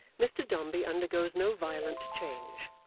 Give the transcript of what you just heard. mr dombey undergoes no violent change,